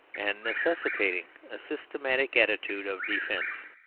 and necessitating a systematic attitude of defence.